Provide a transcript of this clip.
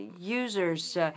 users